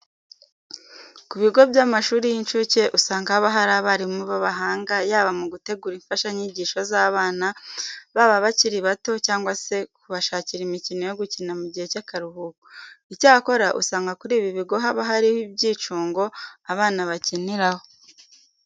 Ku bigo by'amashuri y'incuke usanga haba hari abarimu b'abahanga yaba mu gutegura imfashanyigisho z'abana baba bakiri bato cyangwa se kubashakira imikino yo gukina mu gihe cy'akaruhuko. Icyakora, usanga kuri ibi bigo haba hariho ibyicungo abana bakiniraho.